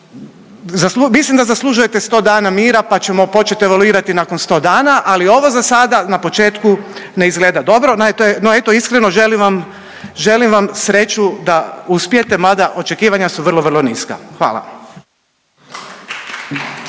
Mislim da zaslužujete 100 dana mira, pa ćemo početi evaluirati nakon 100 dana, ali ovo za sada na početku ne izgleda dobro. No eto iskreno želim vam sreću da uspijete, mada očekivanja su vrlo, vrlo niska. Hvala.